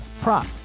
prop